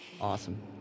Awesome